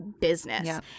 business